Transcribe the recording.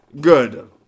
Good